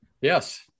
Yes